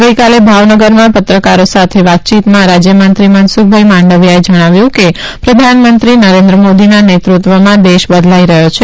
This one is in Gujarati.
ગઇકાલે ભાવનગરમાં પત્રકારો સાથેની વાતચીતમાં રાજ્યમંત્રી મનસુખ માંડવિયાએ જણાવ્યું કે પ્રધાનમંત્રી નરેન્દ્ર મોદીના નેતૃત્વમાં દેશ બદલાઇ રહ્યો છે